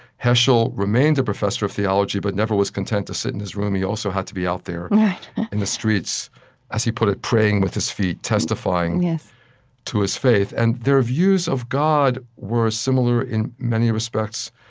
heschel remained a professor of theology but never was content to sit in his room. he also had to be out there in the streets as he put it, praying with his feet testifying to his faith and their views of god were similar in many respects,